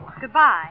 Goodbye